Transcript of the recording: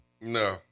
No